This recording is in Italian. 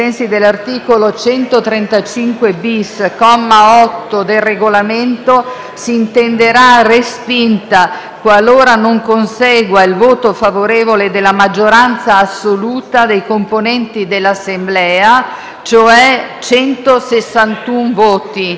Ai sensi dell'articolo 135*-bis* del Regolamento, indìco la votazione nominale con scrutinio simultaneo, mediante procedimento elettronico, sulle conclusioni della Giunta delle elezioni e delle immunità parlamentari,